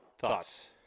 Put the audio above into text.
Thoughts